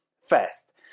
fast